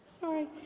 Sorry